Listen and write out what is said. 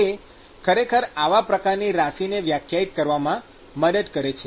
તે ખરેખર આવા પ્રકારની રાશિને વ્યાખ્યાયિત કરવામાં મદદ કરે છે